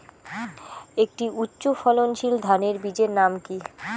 একটি উচ্চ ফলনশীল ধানের বীজের নাম কী?